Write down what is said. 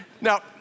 Now